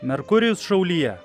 merkurijus šaulyje